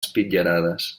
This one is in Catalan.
espitllerades